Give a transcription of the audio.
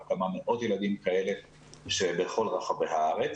כמה מאות ילדים כאלה בכל רחבי הארץ.